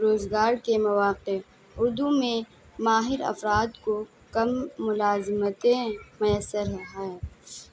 روزگار کے مواقع اردو میں ماہر افراد کو کم ملازمتیں میسر ہیں